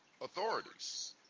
authorities